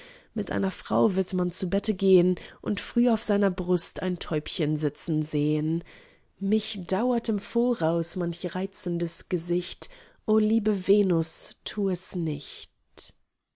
mit einer frau wird man zu bette gehn und früh auf seiner brust ein täubchen sitzen sehn mich dauert im voraus manch reizendes gesicht o liebe venus tu es nicht